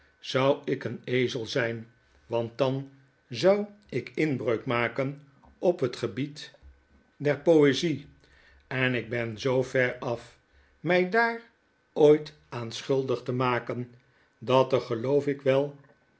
zou ik een ezel zyn want dan zou ik inbreuk maken op het gebied der poezie en ik ben zoo ver af my daar ooit aan schuldig te maken dat er geloof ik wel